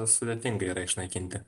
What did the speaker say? sudėtinga yra išnaikinti